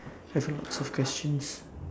we have a lots of questions